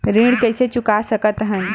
ऋण कइसे चुका सकत हन?